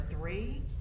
three